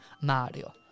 Mario